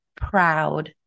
proud